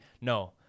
No